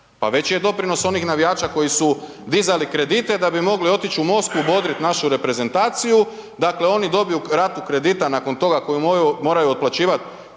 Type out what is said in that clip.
veći je doprinos onih navijača koji su dizali kredite da bi mogli otići u Moskvu bodrit našu reprezentaciju, dakle oni dobiju ratu kredita nakon toga koju moraju otplaćivati